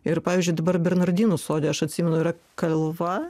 ir pavyzdžiui dabar bernardinų sode aš atsimenu yra kalva